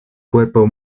cuerpo